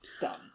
done